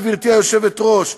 גברתי היושבת-ראש,